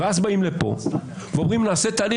ואז באים לפה ואומרים: נעשה תהליך.